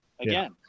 again